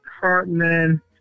Cartman